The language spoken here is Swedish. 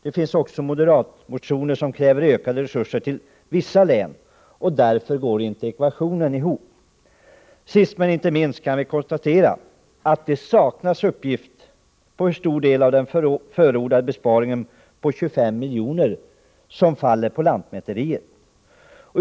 Det finns också moderata motioner där det krävs ökade resurser till vissa län, och därför går inte ekvationen ihop. Sist men inte minst kan vi konstatera att det saknas uppgift om hur stor del av den förordade besparingen på 25 milj.kr. som faller på lantmäteriet.